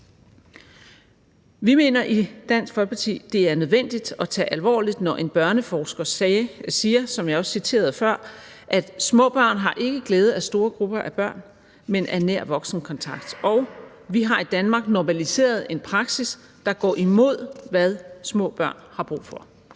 Vi mener i Dansk Folkeparti, at det er nødvendigt at tage det alvorligt, når en børneforsker, som jeg også citerede før, siger, at små børn ikke har glæde af store grupper af børn, men af nær voksenkontakt, og at vi i Danmark har normaliseret en praksis, der går imod, hvad små børn har brug for.